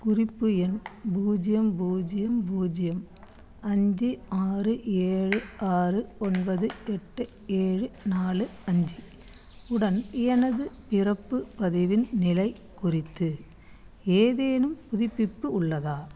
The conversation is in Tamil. குறிப்பு எண் பூஜ்யம் பூஜ்யம் பூஜ்யம் அஞ்சு ஆறு ஏழு ஆறு ஒன்பது எட்டு ஏழு நாலு அஞ்சு உடன் எனது இறப்பு பதிவின் நிலை குறித்து ஏதேனும் புதுப்பிப்பு உள்ளதா